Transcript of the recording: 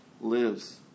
lives